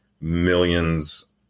millions